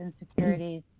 insecurities